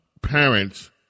parents